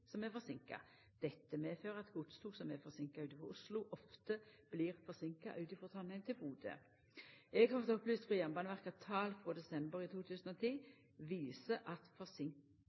som er forseinka. Dette medfører at godstog som er forseinka ut frå Oslo, ofte blir forseinka ut frå Trondheim til Bodø. Eg har fått opplyst frå Jernbaneverket at tal frå desember i 2010 viser at forseinkinga på